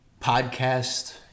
podcast